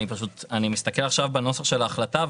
אני פשוט מסתכל עכשיו בנוסח של ההחלטה,